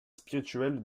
spirituel